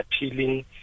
appealing